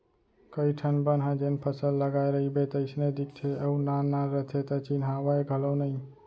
कइ ठन बन ह जेन फसल लगाय रइबे तइसने दिखते अउ नान नान रथे त चिन्हावय घलौ नइ